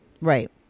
Right